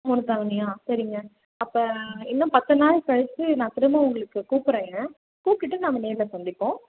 மூணு தவணையாக சரிங்க அப்போ இன்னும் பத்து நாள் கழித்து நான் திரும்ப உங்களுக்கு கூப்பிட்றேங்க கூப்பிட்டுட்டு நாம் நேரில் சந்திப்போம்